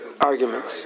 arguments